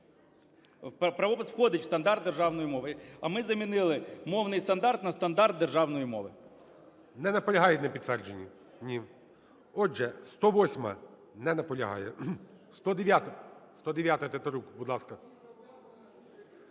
Правопис входить в стандарт державної мови. А ми замінили "мовний стандарт" на "стандарт державної мови". ГОЛОВУЮЧИЙ. Не наполягають на підтвердженні? Ні. Отже, 108-а. Не наполягає. 109-а? 109-а, Тетерук. Будь ласка.